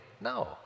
No